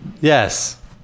Yes